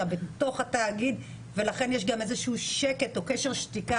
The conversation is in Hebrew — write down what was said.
בתוך התאגיד ולכן יש גם איזשהו שקט או קשר שתיקה